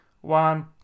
one